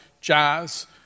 jazz